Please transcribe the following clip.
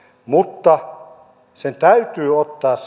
mutta sen täytyy ottaa